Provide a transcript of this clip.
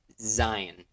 Zion